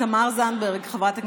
תמר זנדברג, חברת הכנסת,